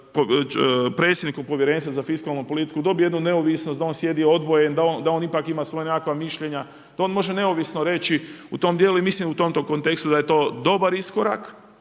predsjednikom povjerenstva za fiskalnu politiku dobije jednu neovisnost da on sjedi odvojen, da on ipak ima nekakva mišljenja, da on može neovisno reći u tom djelu i mislim u tom kontekstu da je to dobar iskorak